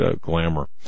Glamour